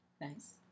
Nice